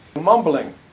Mumbling